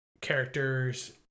characters